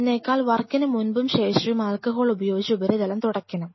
അതിനേക്കാൾ വർക്കിന് മുൻപും ശേഷവും ആൽക്കഹോൾ ഉപയോഗിച്ച് ഉപരിതലം തുടക്കയ്ക്കണം